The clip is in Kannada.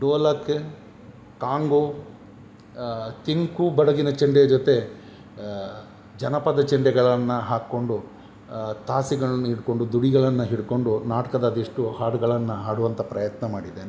ಡೋಲಕ್ ಕಾಂಗೋ ತಿಂಕು ಬಡಗಿನ ಚೆಂಡೆ ಜೊತೆ ಜನಪದ ಚೆಂಡೆಗಳನ್ನು ಹಾಕ್ಕೊಂಡು ತಾಸಿಗಳನ್ನು ಹಿಡ್ಕೊಂಡು ದುಡಿಗಳನ್ನು ಹಿಡ್ಕೊಂಡು ನಾಟಕದ ಅದೆಷ್ಟೋ ಹಾಡುಗಳನ್ನು ಹಾಡುವಂತ ಪ್ರಯತ್ನ ಮಾಡಿದ್ದೇನೆ